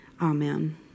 Amen